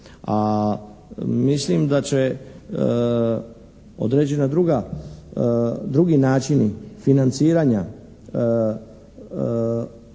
A mislim da će određena druga, drugi načini financiranja